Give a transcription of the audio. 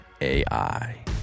AI